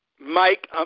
Mike